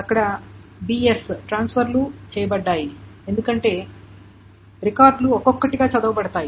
అక్కడ bs ట్రాన్స్ఫర్లు చేయబడ్డాయి ఎందుకంటే రికార్డులు ఒక్కొక్కటిగా చదవబడతాయి